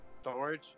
storage